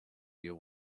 you